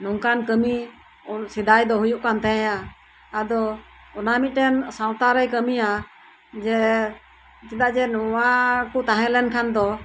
ᱱᱚᱝᱠᱟᱱ ᱠᱟᱹᱢᱤ ᱥᱮᱫᱟᱭ ᱫᱚ ᱦᱩᱭᱩᱜ ᱠᱟᱱ ᱛᱟᱦᱮᱸᱜᱼᱟ ᱟᱫᱚ ᱚᱱᱟ ᱢᱤᱫᱴᱮᱱ ᱥᱟᱶᱛᱟ ᱨᱮ ᱠᱟᱹᱢᱤᱭᱟ ᱡᱮ ᱪᱮᱫᱟᱜ ᱡᱮ ᱱᱚᱣᱟ ᱠᱚ ᱛᱟᱦᱮᱸ ᱞᱮᱱ ᱠᱷᱟᱱ ᱫᱚ